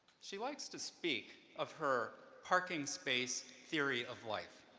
she likes to speak of her parking space theory of life,